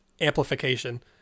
amplification